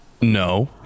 No